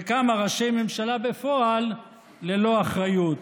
וכמה ראשי ממשלה בפועל ללא אחריות.